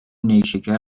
نیشکر